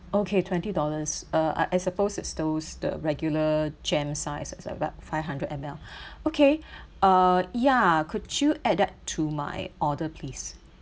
okay twenty dollars uh I I suppose it's those the regular jam sizes it's about five hundred M_L okay ah ya could you add that to my order please